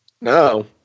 No